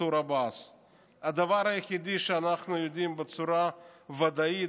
הדבר היחיד שאנחנו יודעים בצורה ודאית,